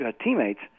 teammates